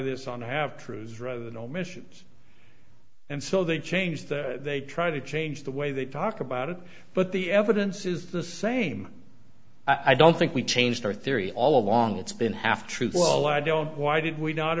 this on have trues rather than omissions and so they changed they try to change the way they talk about it but the evidence is the same i don't think we've changed our theory all along it's been half truth well i don't why did we not